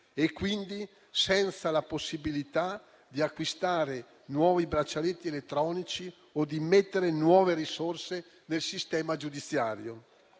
e quindi senza la possibilità di acquistare nuovi braccialetti elettronici o di immettere nuove risorse nel sistema giudiziario.